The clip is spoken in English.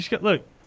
Look